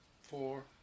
Four